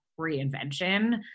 reinvention